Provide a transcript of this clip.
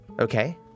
Okay